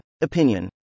Opinion